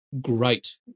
great